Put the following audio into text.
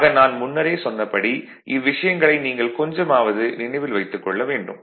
ஆக நான் முன்னரே சொன்னபடி இவ்விஷயங்களை நீங்கள் கொஞ்சமாவது நினைவில் வைத்துக் கொள்ள வேண்டும்